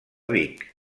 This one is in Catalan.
vic